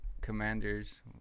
Commanders